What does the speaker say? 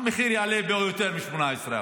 המחיר יעלה ביותר מ-18%.